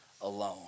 alone